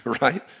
Right